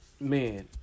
Man